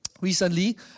recently